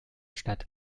stadt